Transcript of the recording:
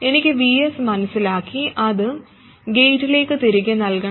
എനിക്ക് Vs മനസിലാക്കി അത് ഗേറ്റിലേക്ക് തിരികെ നൽകണം